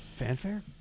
Fanfare